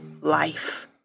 life